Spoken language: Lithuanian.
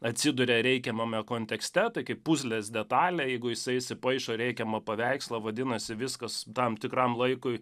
atsiduria reikiamame kontekste tai kaip puzlės detalė jeigu jisai įsipaišo į reikiamą paveikslą vadinasi viskas tam tikram laikui